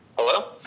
Hello